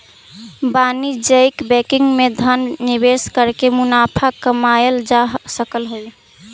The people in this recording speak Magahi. वाणिज्यिक बैंकिंग में धन निवेश करके मुनाफा कमाएल जा सकऽ हइ